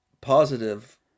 positive